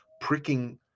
pricking